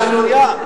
שנייה,